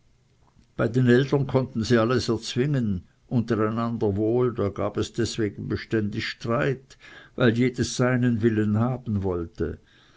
bei den eltern konnten sie alles erzwingen untereinander gab es gerade deswegen beständig streit weil jedes seinen willen haben wollte